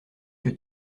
que